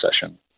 session